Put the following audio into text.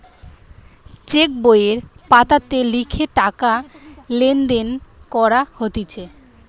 check বইয়ের পাতাতে লিখে টাকা লেনদেন করা হতিছে